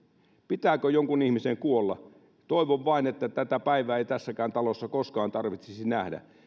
pitääkö jonkun ihmisen kuolla toivon vain että tätä päivää ei tässäkään talossa koskaan tarvitsisi nähdä